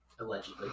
Allegedly